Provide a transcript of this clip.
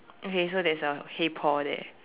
okay so there's a hey Paul there